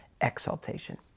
exaltation